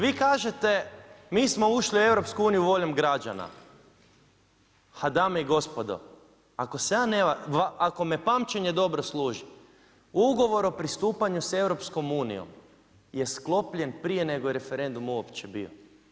Vi kažete mi smo ušli u EU-u voljom građana, a dame i gospodo ako me pamćenje dobro služi, u ugovoru o pristupanju sa EU-om je sklopljen prije nego je referendum uopće bio.